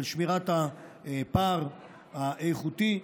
של שמירת הפער האיכותי,